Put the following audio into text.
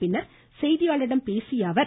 பின்னர் செய்தியாளர்களிடம் பேசிய திரு